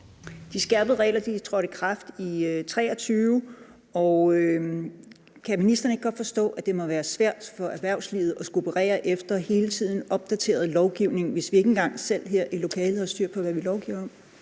De skærpede regler trådte i kraft i 2023. Kan ministeren ikke godt forstå, at det må være svært for erhvervslivet at skulle operere efter lovgivning, der hele tiden opdateres, hvis vi ikke engang selv her i lokalet har styr på, hvad vi lovgiver om?